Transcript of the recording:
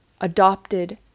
adopted